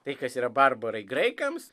tai kas yra barbarai graikams